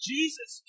Jesus